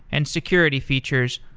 and security features,